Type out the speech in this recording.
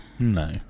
No